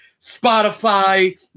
Spotify